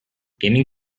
gaming